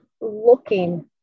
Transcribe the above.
looking